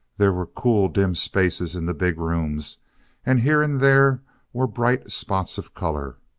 there were cool, dim spaces in the big rooms and here and there were bright spots of color.